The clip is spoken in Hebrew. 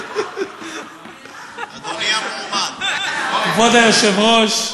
אדוני המלומד, כבוד היושב-ראש,